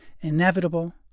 inevitable